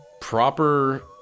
proper